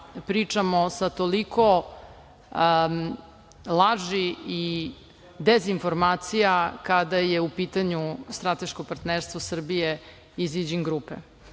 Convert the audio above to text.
pričamo sa toliko laži i dezinformacija kada je u pitanju strateško partnerstvo Srbije i „Zijin